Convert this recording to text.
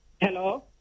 Hello